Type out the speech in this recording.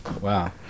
Wow